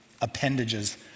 appendages